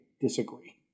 disagree